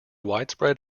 widespread